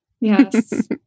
Yes